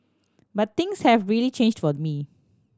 but things have really changed for me